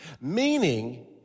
Meaning